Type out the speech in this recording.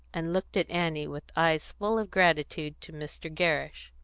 and looked at annie with eyes full of gratitude to mr. gerrish.